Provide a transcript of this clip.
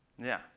yeah,